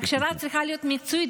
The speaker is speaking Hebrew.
ההכשרה צריכה להיות מקצועית,